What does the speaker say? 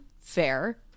Fair